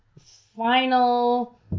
final